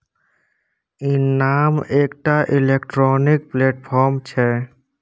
इनाम एकटा electronic platform छै